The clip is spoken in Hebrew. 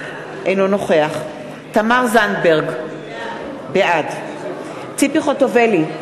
אינו נוכח תמר זנדברג, בעד ציפי חוטובלי,